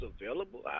available